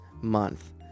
month